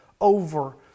over